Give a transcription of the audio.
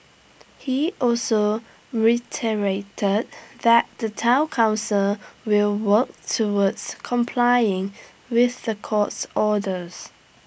he also reiterated that the Town Council will work towards complying with the court's orders